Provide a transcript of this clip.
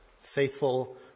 faithful